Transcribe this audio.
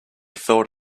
thought